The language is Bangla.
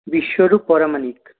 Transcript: বিশ্বরূপ পরামানিক